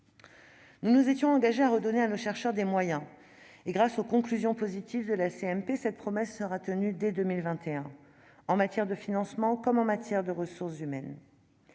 Nous nous étions engagés à redonner à nos chercheurs des moyens. Grâce aux conclusions positives de la commission mixte paritaire, cette promesse sera tenue dès 2021, en matière de financements comme en matière de ressources humaines.